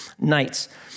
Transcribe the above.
nights